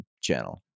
channel